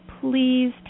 please